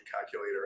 calculator